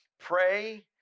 pray